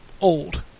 old